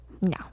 No